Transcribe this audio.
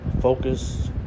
focus